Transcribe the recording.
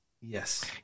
yes